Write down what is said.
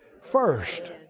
first